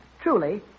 truly